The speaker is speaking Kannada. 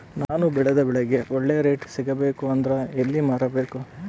ನಾನು ಬೆಳೆದ ಬೆಳೆಗೆ ಒಳ್ಳೆ ರೇಟ್ ಸಿಗಬೇಕು ಅಂದ್ರೆ ಎಲ್ಲಿ ಮಾರಬೇಕು?